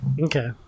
Okay